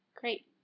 Great